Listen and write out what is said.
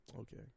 okay